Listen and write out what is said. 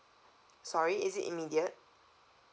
sorry is it immediate